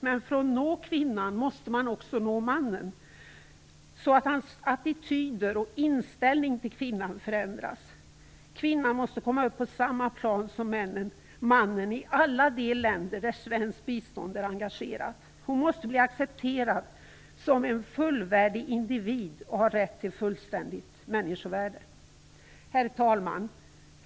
Men för att kunna nå kvinnan måste man också nå mannen så att hans attityder och inställning till kvinnan förändras. Kvinnan måste komma upp på samma plan som mannen i alla de länder där svenskt bistånd är engagerat. Hon måste bli accepterad som en fullvärdig individ och ha rätt till fullständigt människovärde. Herr talman!